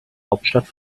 hauptstadt